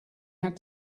had